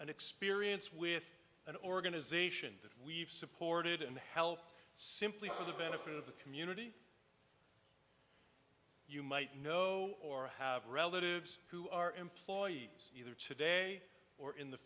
and experience with an organization that we've supported and helped simply for the benefit of the community you might know or have relatives who are employees either today or in the